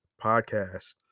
Podcast